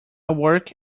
work